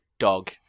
dog